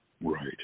right